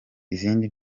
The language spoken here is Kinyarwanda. izindi